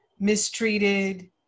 mistreated